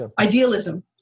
idealism